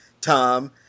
tom